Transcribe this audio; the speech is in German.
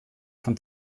von